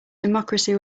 democracy